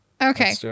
okay